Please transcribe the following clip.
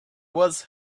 was